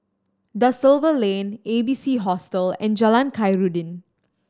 Da Silva Lane A B C Hostel and Jalan Khairuddin